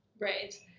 Right